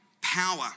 Power